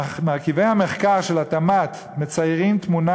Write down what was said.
מרכיבי המחקר של התמ"ת מציירים תמונה